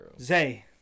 Zay